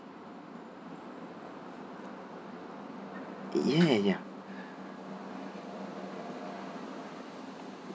ya ya ya